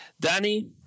Danny